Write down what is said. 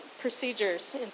procedures